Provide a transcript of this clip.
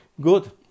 Good